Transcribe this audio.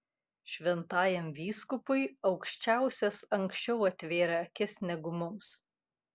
šventajam vyskupui aukščiausias anksčiau atvėrė akis negu mums